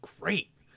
great